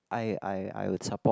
I I I would support